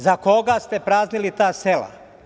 Za koga ste praznili ta sela?